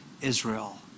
Israel